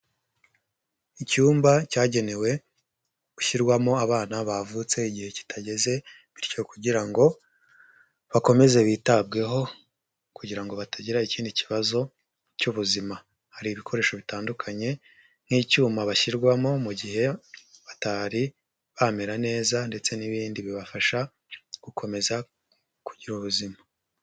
Icyumba cyagenewe gushyirwamo abana bavutse igihe kitageze bityo kugira ngo bakomeze bitabweho kugira ngo batagira ikindi kibazo cy'ubuzima. Hari ibikoresho bitandukanye nk'icyuma bashyirwamo mu gihe batari bamera neza ndetse n'ibindi bibafasha gukomeza kugira ubuzima.